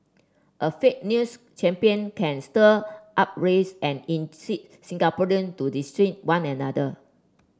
a fake news champion can stir unrest and incite Singaporean to one another